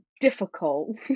difficult